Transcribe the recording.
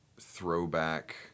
throwback